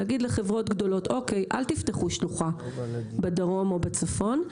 להגיד לחברות גדולות אל תפתחו שלוחה בדרום או בצפון,